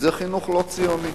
הן בחינוך הלא-ציוני.